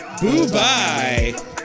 boo-bye